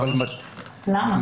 למה?